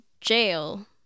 jail